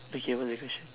okay what the question